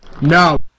No